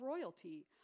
royalty